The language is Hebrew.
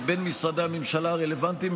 בין משרדי הממשלה הרלוונטיים,